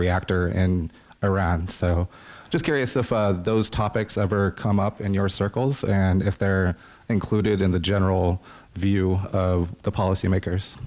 reactor and iran so just curious if those topics ever come up in your circles and if they're included in the general view of the policymakers